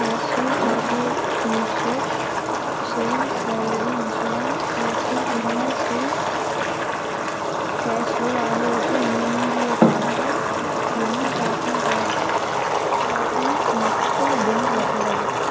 ஹேர்ஷீல் chocolate milk shake செல் celery insulated plastic inner steel casserole ஆகியவற்றை நீக்கிய பிறகு என் ஷாப்பிங் கார்ட் கார்ட்டின் மொத்த பில் எவ்வளவு